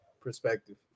perspective